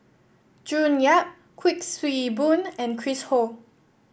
June Yap Kuik Swee Boon and Chris Ho